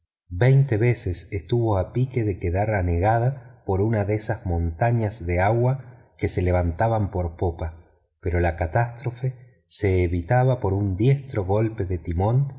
veinte veces estuvo a pique de quedar anegada por una de esas montañas de agua que se levantan por popa pero la catástrofe se evitaba por un diestro golpe de timón